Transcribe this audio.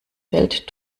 feld